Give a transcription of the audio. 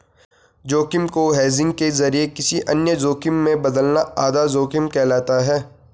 जोखिम को हेजिंग के जरिए किसी अन्य जोखिम में बदलना आधा जोखिम कहलाता है